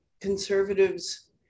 conservatives